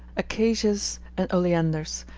acacias, and oleanders,